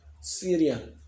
Syria